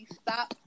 stop